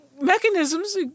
Mechanisms